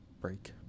break